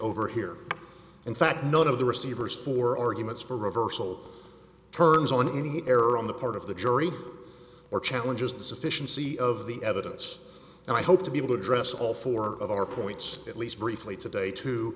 over here in fact none of the receivers or arguments for reversal turns on any error on the part of the jury or challenges the sufficiency of the evidence and i hope to be able to address all four of our points at least briefly today to